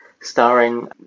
starring